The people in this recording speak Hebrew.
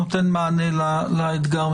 נותן מענה לאתגר.